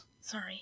Sorry